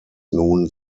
nun